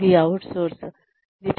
ఇది 'అవుట్సోర్స్'